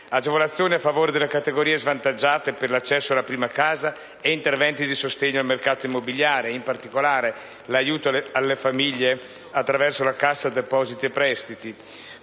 agevolazioni a favore delle categorie svantaggiate per l'accesso alla prima casa e interventi di sostegno al mercato immobiliare, e in particolare l'aiuto alle famiglie attraverso la Cassa depositi e prestiti;